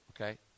okay